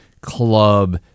club